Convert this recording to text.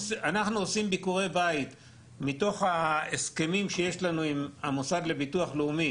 אנחנו עושים ביקורי בית מתוך ההסכמים שיש לנו עם המוסד לביטוח לאומי